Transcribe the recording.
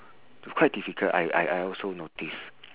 quite difficult I I I also notice